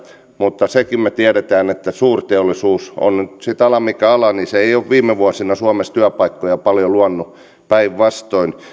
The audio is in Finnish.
mutta senkin me tiedämme että suurteollisuus on sitten ala mikä tahansa ei ole viime vuosina suomessa työpaikkoja paljon luonut päinvastoin